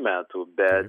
metų bet